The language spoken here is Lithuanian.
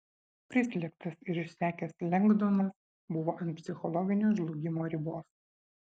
prislėgtas ir išsekęs lengdonas buvo ant psichologinio žlugimo ribos